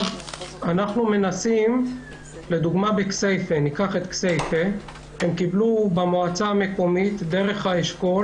למשל בכסייפה קיבלו במועצה המקומית דרך האשכול